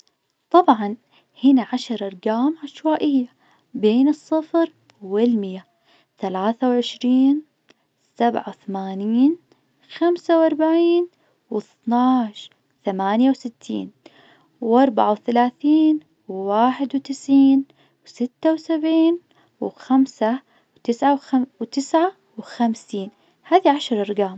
طبعا هنا عشر أرقام عشوائية بين الصفر والمئة، ثلاثة وعشرين، سبعة وثمانين، خمسة وأربعين، واثنا عشر، ثمانية وستين، وأربعة وثلاثين، وواحد وتسعين، ستة وسبعين، وخمسة، وتسعة وخم- وتسعة وخمسين. هذي عشر أرقام.